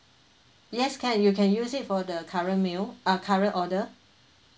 yes can you can use it for the current meal ah current order